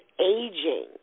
aging